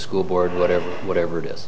school board whatever whatever it is